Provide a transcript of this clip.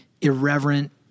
irreverent